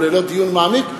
וללא דיון מעמיק,